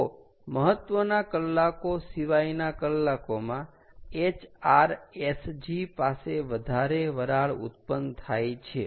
તો મહત્વના કલાકો સિવાયના કલાકોમાં HRSG પાસે વધારે વરાળ ઉત્પન્ન થાય છે